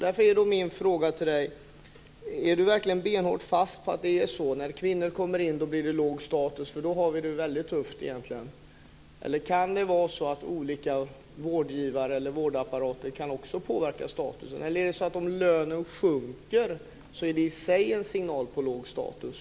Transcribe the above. Därför vill jag fråga Barbro Feltzing: Är det verkligen Barbro Feltzings fasta övertygelse, att när kvinnor kommer in i olika yrken, då blir det låg status? I så fall har vi det väldigt tufft. Eller kan olika vårdapparater också påverka statusen? Om lönen sjunker, är det i sig en signal om låg status?